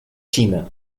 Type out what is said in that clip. china